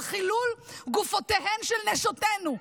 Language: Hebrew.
על חילול גופותיהן של נשותינו.